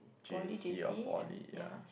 J_C or poly ah